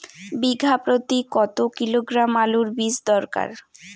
বিঘা প্রতি কত কিলোগ্রাম আলুর বীজ দরকার?